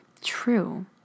true